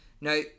now